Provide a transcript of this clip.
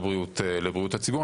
לבריאות הציבור.